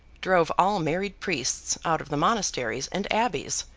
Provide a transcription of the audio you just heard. drove all married priests out of the monasteries and abbeys,